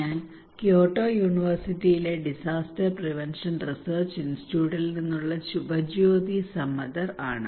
ഞാൻ ക്യോട്ടോ യൂണിവേഴ്സിറ്റിയിലെ disaster prevention research ഇൻസ്റ്റിറ്റ്യൂട്ടിൽ നിന്നുള്ള ശുഭജ്യോതി സമദ്ദർ ആണ്